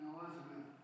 Elizabeth